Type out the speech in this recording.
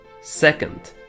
Second